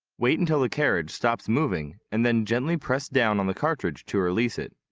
wait until the carriage stops moving and then gently press down on the cartridge to release it.